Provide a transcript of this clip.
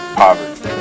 poverty